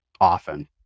often